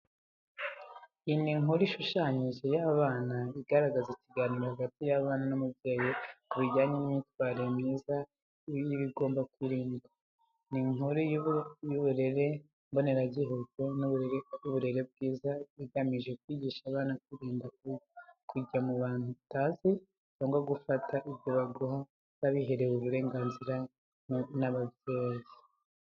Iyi ni nkuru ishushanyije y’abana igaragaza ikiganiro hagati y’abana n’umubyeyi ku bijyanye n’imyitwarire myiza n’ibigomba kwirindwa. Ni inkuru y’uburere mboneragihugu n’uburere bwiza igamije kwigisha abana kwirinda kujya mu bantu utazi, cyangwa gufata ibyo baguha batabiherewe uburenganzira n’ababyeyi.